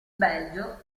belgio